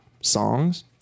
songs